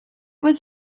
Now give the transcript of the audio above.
was